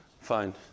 Fine